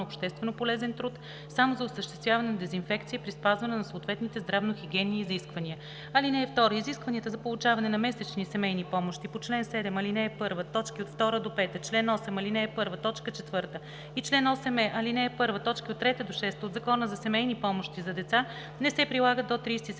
общественополезен труд само за осъществяване на дезинфекция при спазване на съответните здравно-хигиенни изисквания. (2) Изискванията за получаване на месечни семейни помощи по чл. 7, ал. 1, т. 2 – 5, чл. 8, ал. 1, т. 4 и чл. 8е, ал. 1, т. 3 – 6 от Закона за семейни помощи за деца не се прилагат до 30